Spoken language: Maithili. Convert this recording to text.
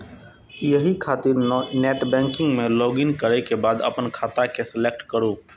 एहि खातिर नेटबैंकिग मे लॉगइन करै के बाद अपन खाता के सेलेक्ट करू